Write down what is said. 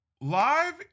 Live